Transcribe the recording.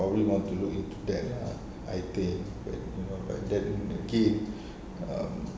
probably want to look into that ah I think but you know but then again um